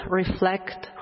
reflect